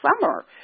summer